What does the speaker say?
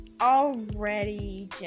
already